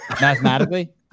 Mathematically